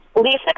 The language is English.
Lisa